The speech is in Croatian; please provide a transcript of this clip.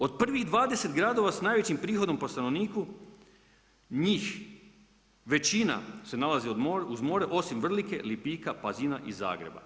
Od prvih 20 gradova s najvećim prohodom po stanovniku, njih većina se nalazi uz more osim Vrlike, Lipika, Pazina i Zagreba.